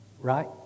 right